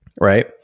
right